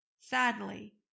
Sadly